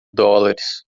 dólares